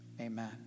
Amen